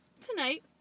tonight